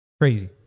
crazy